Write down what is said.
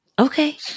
Okay